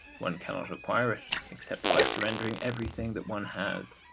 one cannot acquire it, except by surrendering everything that one has.